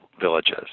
villages